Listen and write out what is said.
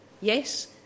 yes